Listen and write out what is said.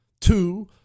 Two